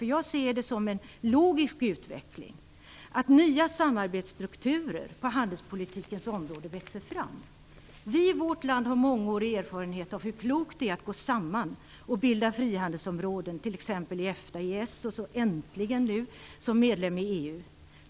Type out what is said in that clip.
Jag ser det som en logisk utveckling att nya samarbetsstrukturer på handelspolitikens område växer fram. Vi i vårt land har mångårig erfarenhet av hur klokt det är att gå samman och bilda frihandelsområden, t.ex. i EFTA, EES och nu äntligen som medlem i EU.